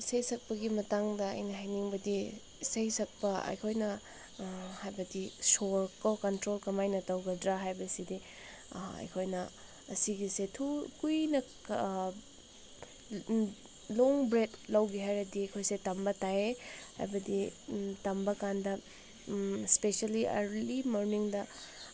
ꯏꯁꯩ ꯁꯛꯄꯒꯤ ꯃꯇꯥꯡꯗ ꯑꯩꯅ ꯍꯥꯏꯅꯤꯡꯕꯗꯤ ꯏꯁꯩ ꯁꯛꯄ ꯑꯩꯈꯣꯏꯅ ꯍꯥꯏꯕꯗꯤ ꯁꯣꯔ ꯀꯟꯇ꯭ꯔꯣꯜ ꯀꯃꯥꯏꯅ ꯇꯧꯒꯗ꯭ꯔꯥ ꯍꯥꯏꯕꯁꯤꯗꯤ ꯑꯩꯈꯣꯏꯅ ꯑꯁꯤꯒꯤꯁꯦ ꯀꯨꯏꯅ ꯂꯣꯡ ꯕ꯭ꯔꯦꯛ ꯂꯧꯒꯦ ꯍꯥꯏꯔꯗꯤ ꯑꯩꯈꯣꯏꯁꯦ ꯇꯝꯕ ꯇꯥꯏꯌꯦ ꯍꯥꯏꯕꯗꯤ ꯇꯝꯕ ꯀꯥꯟꯗ ꯏꯁꯄꯤꯁꯤꯌꯦꯜꯂꯤ ꯑꯥꯔꯂꯤ ꯃꯣꯔꯅꯤꯡꯗ